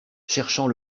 cherchant